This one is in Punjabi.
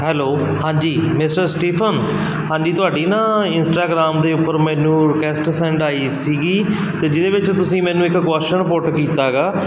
ਹੈਲੋ ਹਾਂਜੀ ਮਿਸਟਰ ਸਟੀਫਨ ਹਾਂਜੀ ਤੁਹਾਡੀ ਨਾ ਇਸਟਾਗ੍ਰਾਮ ਦੇ ਉੱਪਰ ਮੈਨੂੰ ਰਿਕੁਐਸਟ ਸੈਂਡ ਆਈ ਸੀਗੀ ਅਤੇ ਜਿਹਦੇ ਵਿੱਚ ਤੁਸੀਂ ਮੈਨੂੰ ਇੱਕ ਕੁਸ਼ਚਨ ਪੁੱਟ ਕੀਤਾ ਹੈਗਾ ਵੀ